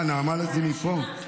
אה, נעמה לזימי פה?